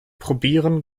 probieren